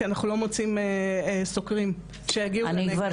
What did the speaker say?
כי אנחנו לא מוצאים סוקרים שיגיעו --- אני כבר